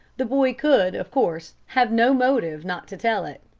the boy could, of course, have no motive not to tell it.